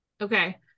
okay